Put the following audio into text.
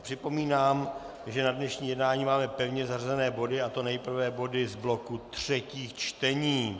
Připomínám, že na dnešní jednání máme pevně zařazené body, a to nejprve body z bloku třetích čtení.